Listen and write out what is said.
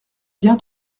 bien